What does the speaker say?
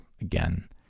again